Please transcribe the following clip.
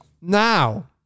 Now